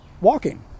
walking